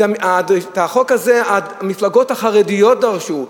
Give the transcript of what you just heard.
את החוק הזה המפלגות החרדיות דרשו.